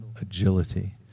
agility